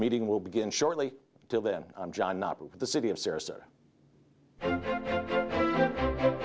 meeting will begin shortly till then i'm john not the city of sarasota